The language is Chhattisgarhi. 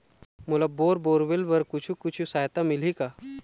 मोला बोर बोरवेल्स बर कुछू कछु सहायता मिलही का?